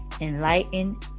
enlighten